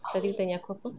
tadi tanya aku apa